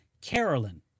Carolyn